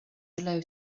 below